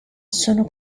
sono